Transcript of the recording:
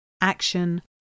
Action